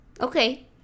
Okay